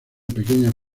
pequeñas